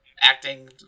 acting